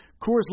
Coors